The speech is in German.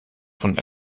von